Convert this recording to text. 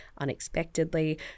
unexpectedly